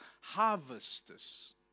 harvesters